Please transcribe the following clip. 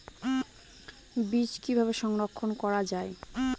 বীজ কিভাবে সংরক্ষণ করা যায়?